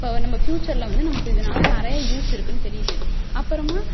so நம்ம ஃப்யூச்சரில் வந்து நமக்கு இதனால் நிறைய யூஸ் இருக்குதுன்னு தெரியுது அப்புறமா